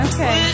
Okay